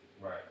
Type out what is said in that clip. Right